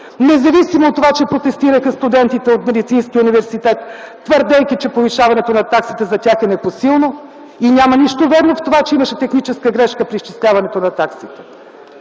независимо от това, че протестираха студентите от Медицинския университет, твърдейки, че повишаването на таксите за тях е непосилно. Няма нищо вярно в това, че имаше техническа грешка при изчисляването на таксите.